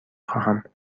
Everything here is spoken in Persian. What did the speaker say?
خواهم